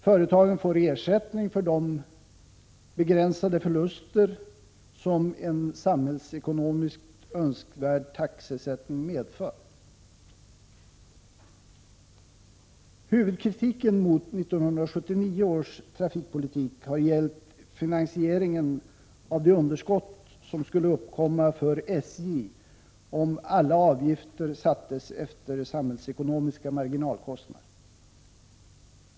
Företagen får ersättning för de begränsade förluster som en samhällsekonomiskt önskvärd taxesättning medför. Huvudkritiken mot 1979 års trafikpolitik har gällt finansieringen av de underskott som skulle uppkomma för SJ om alla avgifter sattes efter samhällsekonomiska marginalkostnader.